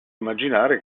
immaginare